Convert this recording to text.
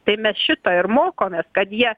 tai mes šito ir mokomės kad jie